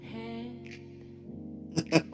Head